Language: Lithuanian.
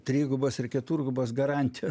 trigubas ir keturgubas garantijo